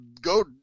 go